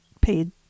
paid